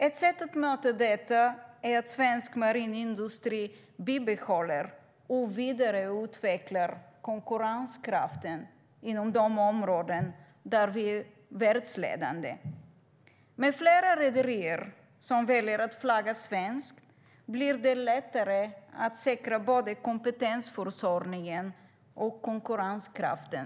Ett sätt att möta detta är att svensk marin industri bibehåller och vidareutvecklar sin konkurrenskraft inom de områden där vi är världsledande. Med fler rederier som väljer att flagga svenskt blir det lättare att säkra både kompetensförsörjningen och konkurrenskraften.